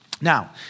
Now